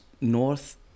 north